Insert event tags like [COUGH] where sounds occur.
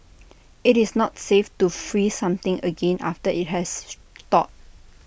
IT is not safe to freeze something again after IT has [NOISE] thawed